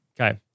Okay